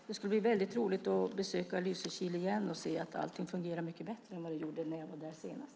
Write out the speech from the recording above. Det ska bli väldigt roligt att åter besöka Lysekil och se att allting nu fungerar mycket bättre än när jag var där senast.